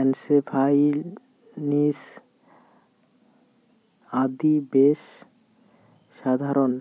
encephalitis আদি বেশ সাধারণ